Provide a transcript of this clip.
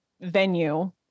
venue